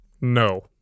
No